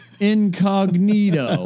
incognito